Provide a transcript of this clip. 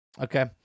Okay